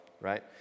right